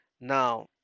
Now